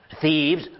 Thieves